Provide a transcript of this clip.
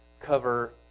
cover